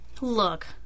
Look